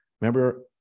remember